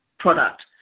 product